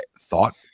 thought